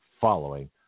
following